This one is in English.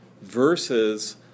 versus